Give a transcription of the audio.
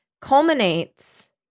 culminates